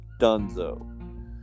Dunzo